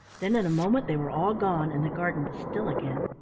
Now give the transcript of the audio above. then in a moment they were all gone, and the garden was still again.